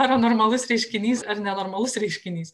paranormalus reiškinys ar nenormalus reiškinys